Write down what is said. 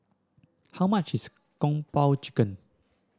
how much is Kung Po Chicken